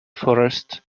forest